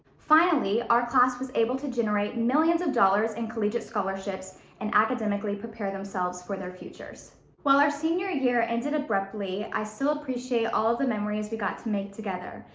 finally, our class was able to generate millions of dollars in collegiate scholarships and academically prepare themselves for their futures. while our senior year ended abruptly, i still appreciate all of the memories we got to make together,